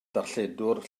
darlledwr